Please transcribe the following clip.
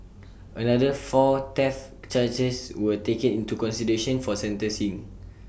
another four theft charges were taken into consideration for sentencing